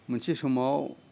मोनसे समाव